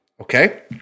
Okay